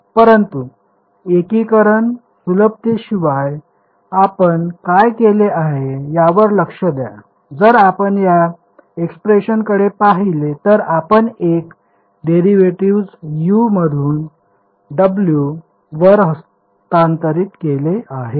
परंतु एकीकरण सुलभतेशिवाय आपण काय केले आहे याकडे लक्ष द्या जर आपण या एक्सप्रेशनकडे पाहिले तर आपण एक डेरिव्हेटिव्ह U मधून W वर हस्तांतरित केले आहे